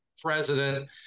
president